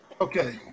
Okay